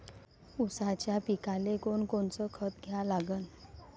ऊसाच्या पिकाले कोनकोनचं खत द्या लागन?